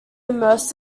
immerse